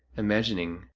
imagining,